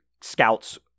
Scouts